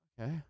Okay